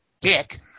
dick –